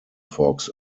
fox